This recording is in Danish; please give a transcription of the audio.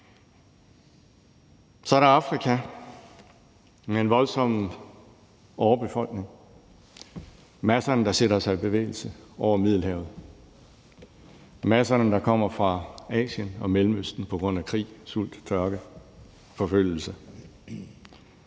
Så er der Afrika med en voldsom overbefolkning og store menneskemasser, der sætter sig i bevægelse over Middelhavet, og der er masserne, der kommer fra Asien og Mellemøsten på grund af krig, sult, tørke og forfølgelse.